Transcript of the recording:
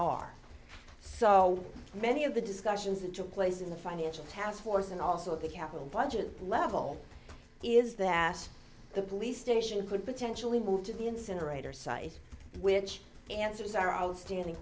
are so many of the discussions that took place in the financial taskforce and also at the capital budget level is that the police station could potentially move to the incinerator site which answers our outstanding